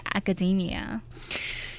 academia